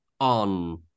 on